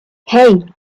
hey